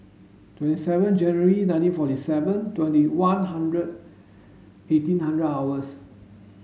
twenty seven January nineteen forty seven twenty one hundred eighteen hundred hours